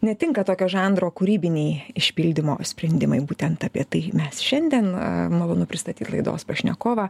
netinka tokio žanro kūrybiniai išpildymo sprendimai būtent apie tai mes šiandien malonu pristatyt laidos pašnekovą